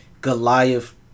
Goliath